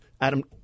Adam